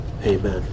Amen